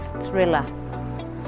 thriller